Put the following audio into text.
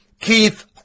Keith